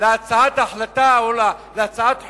להצעת החלטה או להצעת חוק,